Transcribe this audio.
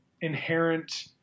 inherent